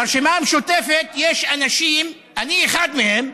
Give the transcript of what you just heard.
ברשימה המשותפת יש אנשים, אני אחד מהם,